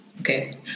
Okay